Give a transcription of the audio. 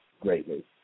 greatly